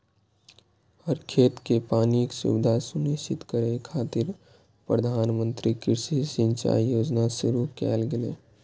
हर खेत कें पानिक सुविधा सुनिश्चित करै खातिर प्रधानमंत्री कृषि सिंचाइ योजना शुरू कैल गेलै